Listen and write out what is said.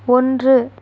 ஒன்று